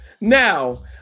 now